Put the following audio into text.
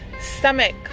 stomach